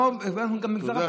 ואנחנו במגזר הפרטי.